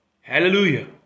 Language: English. Hallelujah